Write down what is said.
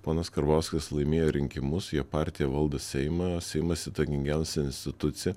ponas karbauskis laimėjo rinkimus jo partija valdo seimą seimas įtakingiausia institucija